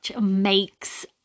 makes